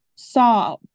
saw